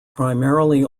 primarily